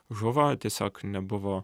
žuvo tiesiog nebuvo